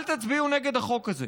אל תצביעו נגד החוק הזה.